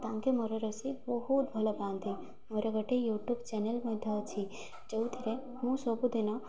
ତାଙ୍କେ ମୋର ରୋଷେଇ ବହୁତ ଭଲପାଆନ୍ତି ମୋର ଗୋଟେ ୟୁଟ୍ୟୁବ୍ ଚ୍ୟାନେଲ୍ ମଧ୍ୟ ଅଛି ଯେଉଁଥିରେ ମୁଁ ସବୁଦିନ